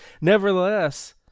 nevertheless